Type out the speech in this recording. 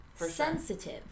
sensitive